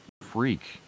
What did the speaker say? freak